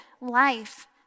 life